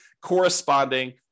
corresponding